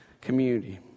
community